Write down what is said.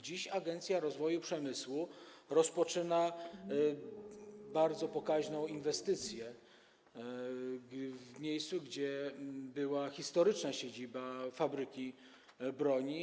Dziś Agencja Rozwoju Przemysłu rozpoczyna bardzo pokaźną inwestycję w miejscu, gdzie była historyczna siedziba fabryki broni.